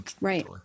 Right